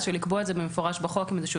אז לקבוע את זה במפורש בחוק עם איזשהו